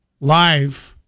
live